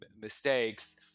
mistakes